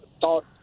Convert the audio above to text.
thought